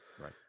right